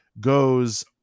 goes